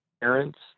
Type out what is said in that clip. parents